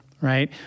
right